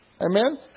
Amen